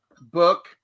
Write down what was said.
book